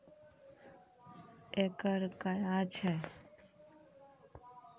एकड कया हैं?